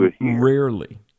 Rarely